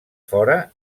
fora